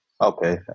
Okay